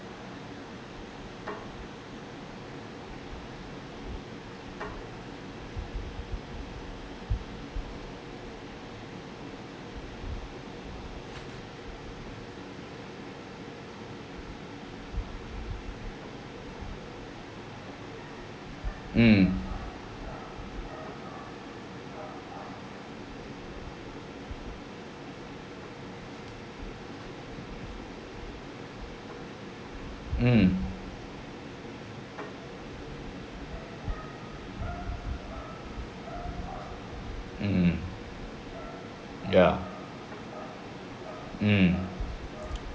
mm mm mm ya mm